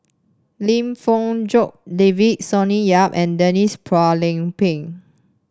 Lim Fong Jock David Sonny Yap and Denise Phua Lay Peng